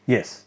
Yes